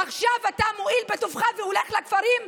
עכשיו אתה מואיל בטובך והולך לכפרים?